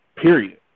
Period